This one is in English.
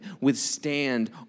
withstand